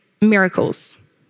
miracles